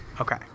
Okay